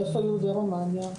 איפה יהודי רומניה?